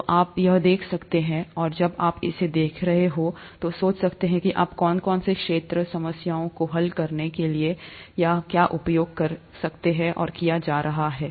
तो आप यह देखना चाहते हैं और जब आप इसे देख रहे हों तो सोचें कि आपके कौन कौन से क्षेत्रों समस्याएं को हल करने के लिए यहां क्या उपयोग किया जा रहे है